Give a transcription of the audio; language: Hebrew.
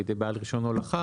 בידי בעל רישיון הולכה,